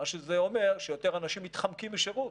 מה שזה אומר זה שיותר אנשים מתחמקים משירות.